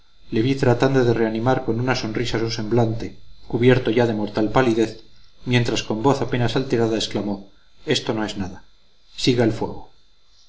le vi tratando de reanimar con una sonrisa su semblante cubierto ya de mortal palidez mientras con voz apenas alterada exclamó esto no es nada siga el fuego